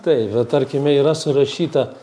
taip va tarkime yra surašyta